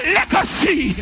legacy